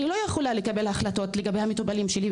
אני לא יכולה לקבל החלטות לגבי המטופלים שלי.